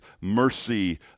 mercy